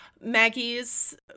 Maggie's